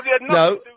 no